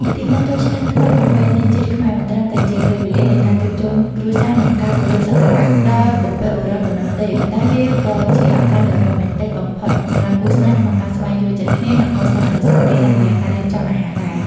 ពិធីបុណ្យចូលឆ្នាំថ្មីប្រពៃណីជាតិខ្មែរ មិនត្រឹមតែជាពេលវេលានៃការជួបជុំគ្រួសារ និងការគោរពសក្ការៈដល់បុព្វបុរសប៉ុណ្ណោះទេ ប៉ុន្តែវាក៏ជាឱកាសដ៏រ៉ូមែនទិកបំផុតសម្រាប់គូស្នេហ៍ក្នុងការស្វែងយល់ចិត្តគ្នា និងកសាងអនុស្សាវរីយ៍តាមរយៈការរៀបចំអាហារដែរ។